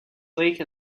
lake